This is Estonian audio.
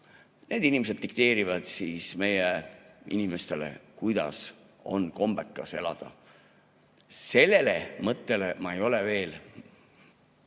– inimesed dikteerivad meie inimestele, kuidas on kombekas elada. Sellele mõttele ma ei ole veel